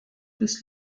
bis